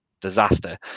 disaster